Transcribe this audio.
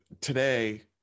today